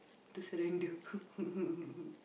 to surrender